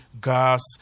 gas